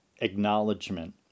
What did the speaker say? acknowledgement